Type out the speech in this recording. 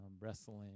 wrestling